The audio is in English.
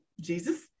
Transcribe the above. Jesus